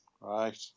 Right